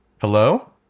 Hello